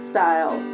Style